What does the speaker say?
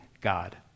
God